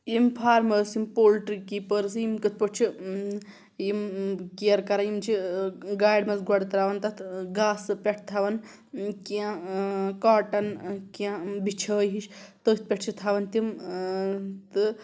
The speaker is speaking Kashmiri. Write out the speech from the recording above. یِم فارمٲرٕس یِم پولٹِرٛی کیٖپٲرٕس یِم کِتھ پٲٹھۍ چھِ یِم کِیَر کَران یِم چھِ گاڑِ منٛز گۄڈٕ ترٛاوان تَتھ گاسہٕ پٮ۪ٹھٕ تھَوان کینٛہہ کاٹَن کینٛہہ بِچھٲے ہِش تٔتھۍ پٮ۪ٹھ چھِ تھَوان تِم تہٕ